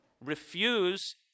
refuse